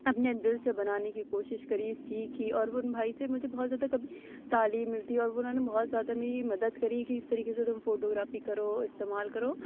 اپنے دِل سے بنانے کی کوشش کری سیکھی اور اُن بھائی سے مجھے بہت زیادہ کبھی تعلیم ملتی ہے اور اُنہوں نے بہت زیادہ میری مدد کری کہ اِس طریقے سے تم فوٹو گرافی کرو استعمال کرو